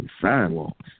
sidewalks